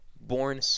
born